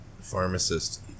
pharmacist